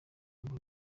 ngo